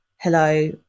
hello